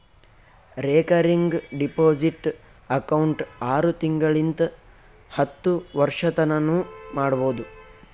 recurring deposit account ಆರು ತಿಂಗಳಿಂತ್ ಹತ್ತು ವರ್ಷತನಾನೂ ಮಾಡ್ಬೋದು